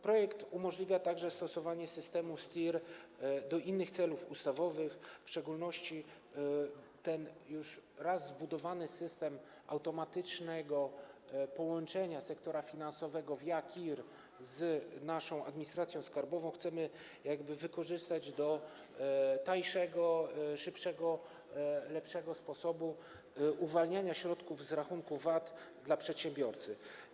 Projekt umożliwia także stosowanie systemu STIR do innych celów ustawowych, w szczególności ten już raz zbudowany system automatycznego połączenia sektora finansowego via KIR z naszą administracją skarbową chcemy wykorzystać do tańszego, szybszego, lepszego sposobu uwalniania środków z rachunku VAT dla przedsiębiorcy.